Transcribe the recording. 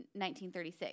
1936